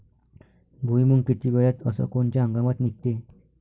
भुईमुंग किती वेळात अस कोनच्या हंगामात निगते?